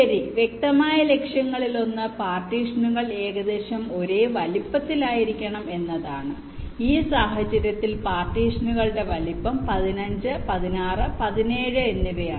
ശരി വ്യക്തമായ ലക്ഷ്യങ്ങളിലൊന്ന് പാർട്ടീഷനുകൾ ഏകദേശം ഒരേ വലുപ്പത്തിലായിരിക്കണം എന്നതാണ് ഈ സാഹചര്യത്തിൽ പാർട്ടീഷനുകളുടെ വലുപ്പം 15 16 17 എന്നിവയാണ്